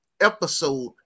episode